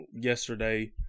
yesterday